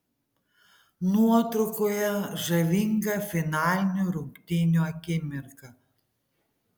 nuotraukoje žavinga finalinių rungtynių akimirka